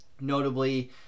Notably